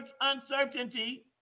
uncertainty